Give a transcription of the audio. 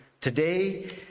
Today